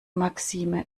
maxime